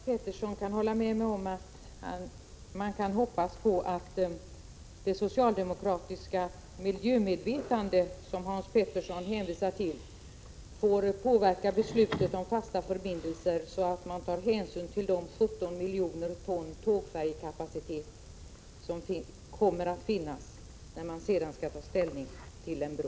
Herr talman! Jag tror att Hans Pettersson i Helsingborg kan hålla med mig om att man kan hoppas att det socialdemokratiska miljömedvetandet, som han hänvisar till, får påverka beslutet om fasta förbindelser, så att man tar hänsyn till de 17 miljoner ton tågfärjekapacitet som kommer att finnas, när man sedan skall ta ställning till en bro.